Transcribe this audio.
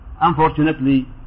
Unfortunately